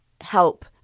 help